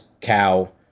cow